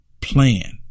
plan